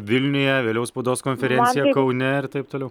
vilniuje vėliau spaudos konferencija kaune ir taip toliau